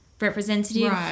representative